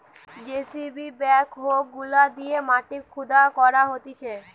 JCB backhoe গুলা দিয়ে মাটি খুদা করা হতিছে